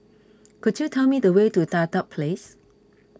could you tell me the way to Dedap Place